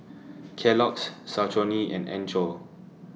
Kellogg's Saucony and Anchor